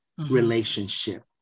relationship